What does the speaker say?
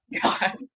God